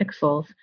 pixels